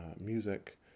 music